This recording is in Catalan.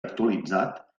actualitzat